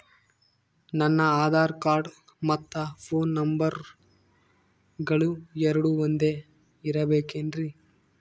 ನನ್ನ ಆಧಾರ್ ಕಾರ್ಡ್ ಮತ್ತ ಪೋನ್ ನಂಬರಗಳು ಎರಡು ಒಂದೆ ಇರಬೇಕಿನ್ರಿ?